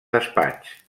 despatx